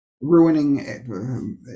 ruining